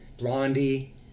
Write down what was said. blondie